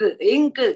ink